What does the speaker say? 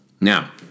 Now